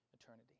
eternity